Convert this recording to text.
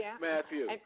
Matthew